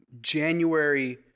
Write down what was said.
January